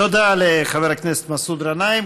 תודה לחבר הכנסת מסעוד גנאים.